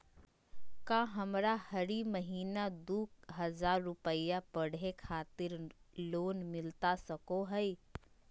का हमरा हरी महीना दू हज़ार रुपया पढ़े खातिर लोन मिलता सको है?